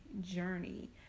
journey